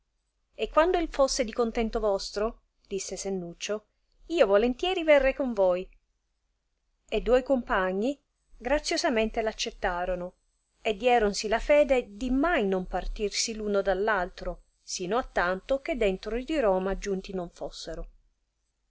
e quando il fosse di contento vostro disse sennuccio io volontieri verrei con voi e duoi compagni graziosamente accettorono e dieronsi la fede di mai non partirsi l uno dall altro sino attanto che dentro di roma giunti non fussero